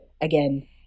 Again